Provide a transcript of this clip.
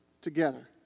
together